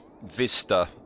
Vista